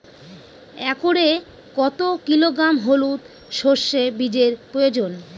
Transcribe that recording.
একরে কত কিলোগ্রাম হলুদ সরষে বীজের প্রয়োজন?